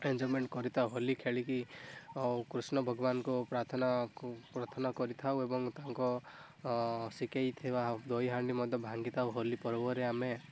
enjoyment କରିଥାଉ ହୋଲି ଖେଳିକି ଆଉ କୃଷ୍ଣ ଭଗବାନଙ୍କୁ ପ୍ରାର୍ଥନା ପ୍ରାର୍ଥନା କରିଥାଉ ଏବଂ ତାଙ୍କ ଶିଖାଇ ଥିବା ଦହି ହାଣ୍ଡି ମଧ୍ୟ ଭାଙ୍ଗି ଥାଉ ହୋଲି ପର୍ବରେ ଆମେ